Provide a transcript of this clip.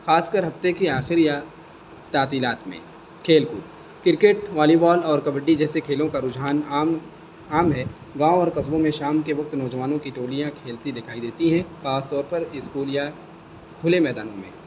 خاص کر ہفتے کی آخر یا تعطیلات میں کھیل کود کرکٹ والی بال اور کبڈی جیسے کھیلوں کا رجحان عام عام ہے گاؤں اور قصبوں میں شام کے وقت نوجوانوں کی ٹولیاں کھیلتی دکھائی دیتی ہیں خاص طور پر اسکول یا کھلے میدانوں میں